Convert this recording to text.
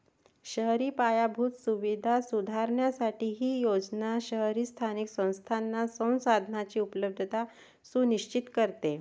शहरी पायाभूत सुविधा सुधारण्यासाठी ही योजना शहरी स्थानिक संस्थांना संसाधनांची उपलब्धता सुनिश्चित करते